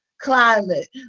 climate